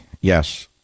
Yes